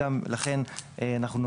לכן,